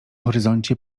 horyzoncie